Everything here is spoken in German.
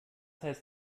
heißt